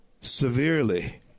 severely